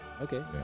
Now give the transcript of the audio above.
Okay